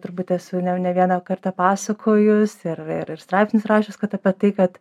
turbūt esu ne ne vieną kartą pasakojus ir ir ir straipsnius rašius kad apie tai kad